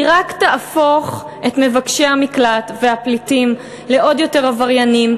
היא רק תהפוך את מבקשי המקלט והפליטים לעוד יותר עבריינים,